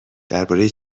درباره